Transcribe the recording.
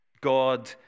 God